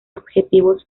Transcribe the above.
objetivos